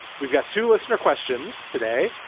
we've got two listener questions today.